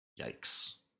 Yikes